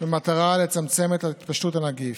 במטרה לצמצם את התפשטות הנגיף,